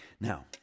Now